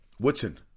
Woodson